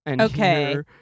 Okay